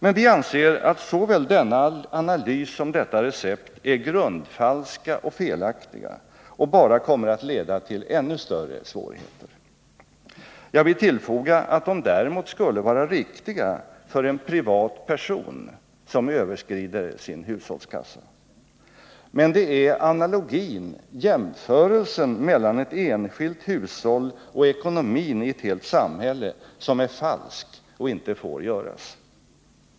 Men vi anser att såväl denna analys som detta recept är grundfalska och felaktiga och bara kommer att leda till ännu större svårigheter. Jag vill tillfoga att de däremot skulle vara riktiga för en privat person som överskrider sin hushållskassa. Men det är analogin, jämförelsen, mellan ett enskilt hushåll och ekonomin i ett helt samhälle som är falsk och inte får göras.